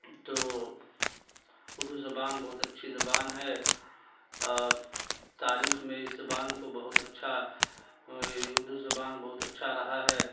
تو اردو زبان بہت اچھی زبان ہے اور تاریخ میں اس زبان کو بہت اچھا اردو زبان بہت اچھا رہا ہے